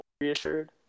reassured